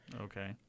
Okay